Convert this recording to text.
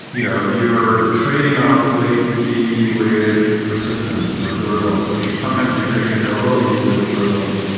you know you're trading off latency with persistence or durability, which sometimes your trading availability with durability.